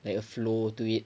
like a flow to it